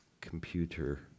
Computer